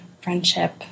friendship